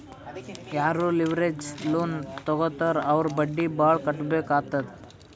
ಯಾರೂ leverage loan ತಗೋತ್ತಾರ್ ಅವ್ರು ಬಡ್ಡಿ ಭಾಳ್ ಕಟ್ಟಬೇಕ್ ಆತ್ತುದ್